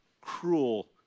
cruel